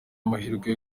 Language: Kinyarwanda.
amahirwe